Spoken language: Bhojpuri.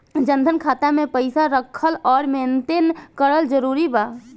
जनधन खाता मे पईसा रखल आउर मेंटेन करल जरूरी बा?